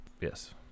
yes